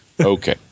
Okay